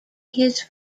his